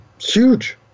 huge